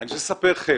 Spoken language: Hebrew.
אני רוצה לספר לכם